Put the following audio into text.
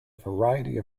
variety